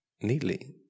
neatly